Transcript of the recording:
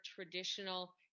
traditional